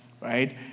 Right